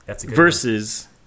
Versus